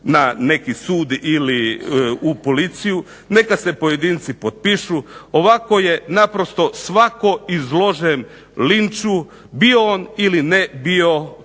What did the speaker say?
na neki sud ili u policiju. Neka se pojedinci potpišu. Ovako je naprosto svatko izložen linču bio on ili ne bio